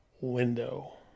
window